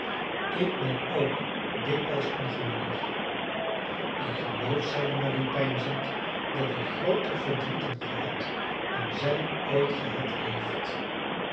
ik ben ook dikwijls ongelukkig ik geloof zeide marie peinzend dat ik grooter verdriet heb gehad dan zij ooit gehad heeft